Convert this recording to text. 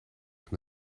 from